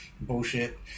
Bullshit